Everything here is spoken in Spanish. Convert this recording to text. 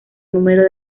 número